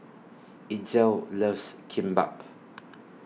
Itzel loves Kimbap